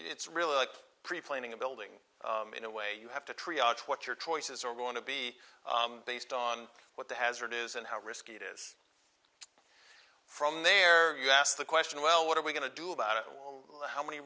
it's really like pre planning a building in a way you have to try out what your choices are going to be based on what the hazard is and how risky it is from there you ask the question well what are we going to do about it how many